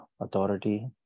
authority